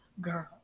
Girl